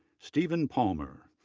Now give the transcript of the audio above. steven palmer,